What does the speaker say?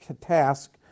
task